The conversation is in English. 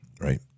right